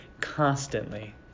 constantly